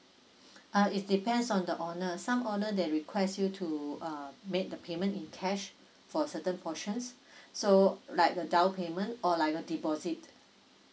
uh it depends on the owner some owner they request you to uh make the payment in cash for certain portions so like the down payment or like a deposit